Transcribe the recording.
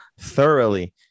thoroughly